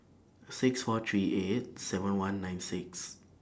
six four three eight seven one nine six